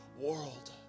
world